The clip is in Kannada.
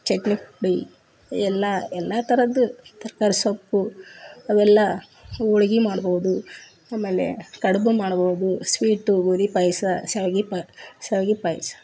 ಚಟ್ನಿ ಪುಡಿ ಎಲ್ಲ ಎಲ್ಲ ಥರದ್ದು ತರಕಾರಿ ಸೊಪ್ಪು ಅವೆಲ್ಲ ಹೋಳ್ಗೆ ಮಾಡ್ಬೋದು ಆಮೇಲೆ ಕಡುಬು ಮಾಡ್ಬೋದು ಸ್ವೀಟು ಗೋಧಿ ಪಾಯಸ ಶಾವಿಗೆ ಪಾ ಶಾವಿಗೆ ಪಾಯಸ